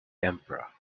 emperor